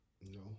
No